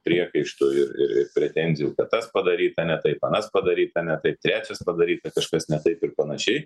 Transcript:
priekaištų ir ir ir pretenzijų kad tas padaryta ne taip anas padaryta ne taip trečias padaryta kažkas ne taip ir panašiai